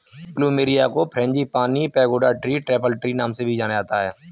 plumeria को frangipani, pagoda tree, temple tree नाम से भी जाना जाता है